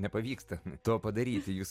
nepavyksta to padaryti jūs